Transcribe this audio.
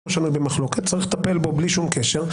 שנוי במחלוקת וצריך לטפל בו בלי קשר.